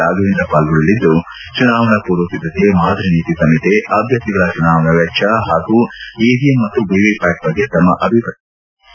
ರಾಘವೇಂದ್ರ ಪಾಲ್ಗೊಳ್ಳಲಿದ್ದು ಚುನಾವಣಾ ಮೂರ್ವ ಸಿದ್ದತೆ ಮಾದರಿ ನೀತಿ ಸಂಹಿತೆ ಅಭ್ಯರ್ಥಿಗಳ ಚುನಾವಣಾ ವೆಚ್ವ ಹಾಗೂ ಇವಿಎಂ ಮತ್ತು ವಿವಿಪ್ಡಾಟ್ ಬಗ್ಗೆ ತಮ್ಮ ಅಭಿಪ್ರಾಯ ಹಂಚಿಕೊಳ್ಳಲಿದ್ದಾರೆ